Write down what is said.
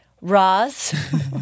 Roz